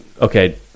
Okay